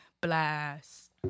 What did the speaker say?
blast